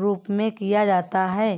रूप में किया जाता है